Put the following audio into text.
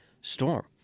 storm